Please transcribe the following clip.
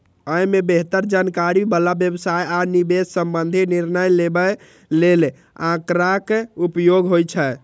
अय मे बेहतर जानकारी बला व्यवसाय आ निवेश संबंधी निर्णय लेबय लेल आंकड़ाक उपयोग होइ छै